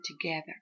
together